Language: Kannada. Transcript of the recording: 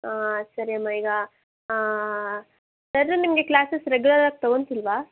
ಹಾಂ ಸರಿ ಅಮ್ಮ ಈಗ ಸರ್ರು ನಿಮಗೆ ಕ್ಲಾಸ್ಸಸ್ ರೆಗ್ಯುಲರಾಗಿ ತಗೊತಿಲ್ವ